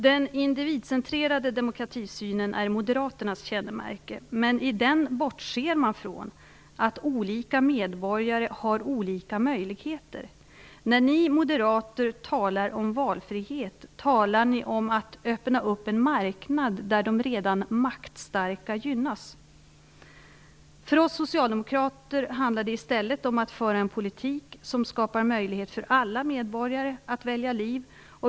Den individcentrerade demokratisynen är Moderaternas kännemärke. Men i den bortser man från att olika medborgare har olika möjligheter. När ni moderater talar om valfrihet, talar ni om att öppna upp en marknad där de redan maktstarka gynnas. För oss socialdemokrater handlar det i stället om att föra en politik som skapar möjlighet för alla medborgare att välja liv.